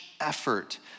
effort